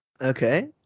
okay